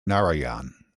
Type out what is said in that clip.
narayan